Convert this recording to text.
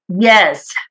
Yes